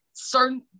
certain